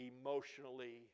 emotionally